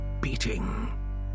beating